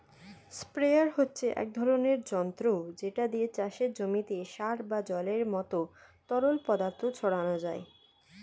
sprayer হচ্ছে এক ধরনের যন্ত্র যেটা দিয়ে চাষের জমিতে সার বা জলের মতো তরল পদার্থ ছড়ানো যায়